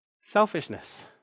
Selfishness